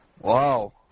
Wow